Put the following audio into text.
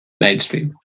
mainstream